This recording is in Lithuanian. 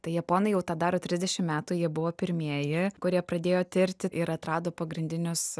tai japonai jau tą daro trisdešim metų jie buvo pirmieji kurie pradėjo tirti ir atrado pagrindinius